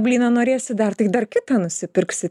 blyną norėsi dar tai dar kitą nusipirksi